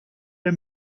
der